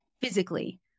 physically